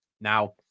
Now